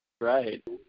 Right